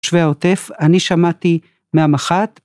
תושבי העוטף, אני שמעתי מהמח"ט.